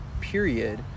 period